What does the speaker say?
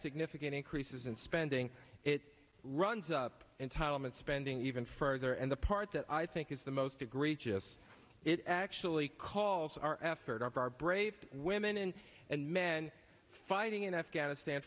significant increases in spending it runs up entitlement spending even further and the part that i think is the most egregious it actually calls our effort of our brave women and men fighting in afghanistan